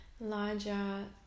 larger